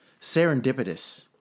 serendipitous